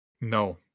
No